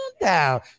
down